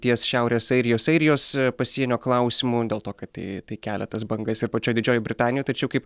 ties šiaurės airijos airijos pasienio klausimu dėl to kad tai tai kelia tas bangas ir pačioj didžiojoj britanijoj tačiau kaip